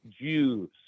Jews